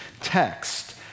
text